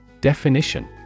Definition